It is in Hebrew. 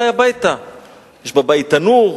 פתרון לבעיה הפלסטינית והקמת מדינה פלסטינית?